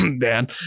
Dan